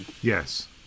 Yes